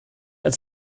alle